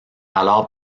alors